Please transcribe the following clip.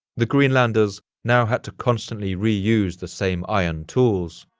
the greenlanders now had to constantly reuse the same iron tools,